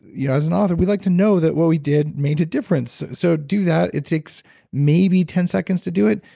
you know as an author, we like to know that what we did made a difference. so, do that. it takes maybe ten seconds to do it.